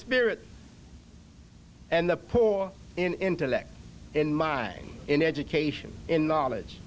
spirit and the poor in intellect in mining in education in knowledge